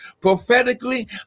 prophetically